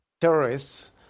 Terrorists